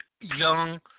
young